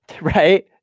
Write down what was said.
Right